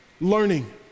Learning